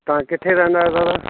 तव्हां किथे रहंदा आयो दादा